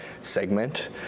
segment